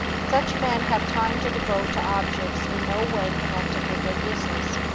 such men have time to devote to objects in no way connected with their business.